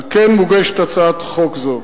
על כן מוגשת הצעת חוק זו.